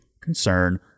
concern